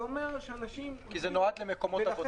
כי זה נועד למקומות עבודה.